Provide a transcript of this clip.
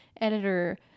editor